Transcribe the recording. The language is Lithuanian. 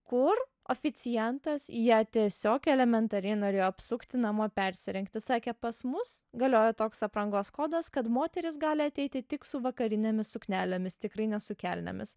kur oficiantas ją tiesiog elementariai norėjo apsukti namo persirengti sakė pas mus galioja toks aprangos kodas kad moteris gali ateiti tik su vakarinėmis suknelėmis tikrai ne su kelnėmis